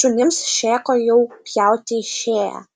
šunims šėko jau pjauti išėję